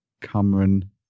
Cameron